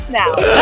now